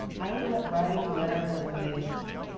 i ended up writing a letter of resignation.